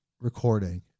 recording